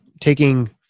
taking